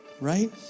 right